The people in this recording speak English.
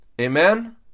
Amen